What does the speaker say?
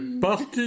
parti